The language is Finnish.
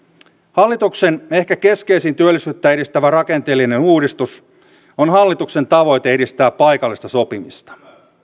hallituksen ehkä keskeisin työllisyyttä edistävä rakenteellinen uudistus on hallituksen tavoite edistää paikallista sopimista